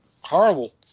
horrible